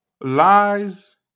Lies